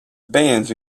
bands